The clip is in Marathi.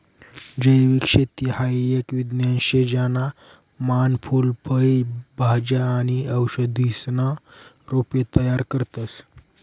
जैविक शेती हाई एक विज्ञान शे ज्याना मान फूल फय भाज्या आणि औषधीसना रोपे तयार करतस